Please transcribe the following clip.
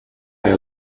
only